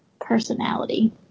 personality